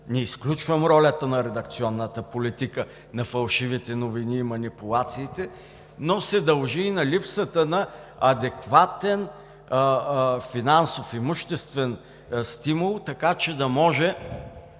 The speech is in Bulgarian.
не изключвам ролята на редакционната политика, на фалшивите новини и манипулациите, но се дължи и на липсата на адекватен финансов, имуществен стимул, така че да може